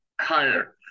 higher